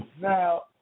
Now